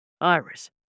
Iris